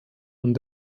und